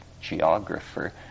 geographer